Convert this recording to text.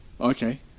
Okay